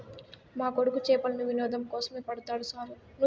మా కొడుకు చేపలను వినోదం కోసమే పడతాడు సారూ